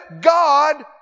God